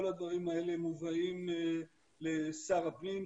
כל הדברים האלה מובאים לשר הפנים,